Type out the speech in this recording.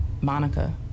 Monica